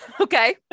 okay